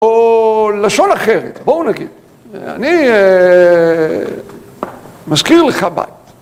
או לשון אחרת, בואו נגיד, אני משכיר לך בית.